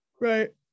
Right